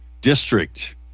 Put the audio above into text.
District